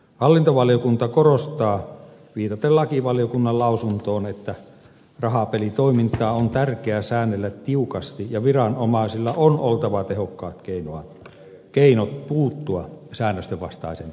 hallintovaliokunta korostaa viitaten lakivaliokunnan lausuntoon että rahapelitoimintaa on tärkeää säännellä tiukasti ja viranomaisilla on oltava tehokkaat keinot puuttua säännösten vastaiseen toimintaan